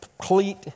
complete